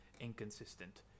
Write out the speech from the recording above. inconsistent